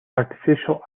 artificial